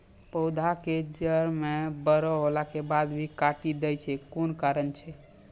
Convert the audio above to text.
पौधा के जड़ म बड़ो होला के बाद भी काटी दै छै कोन कारण छै?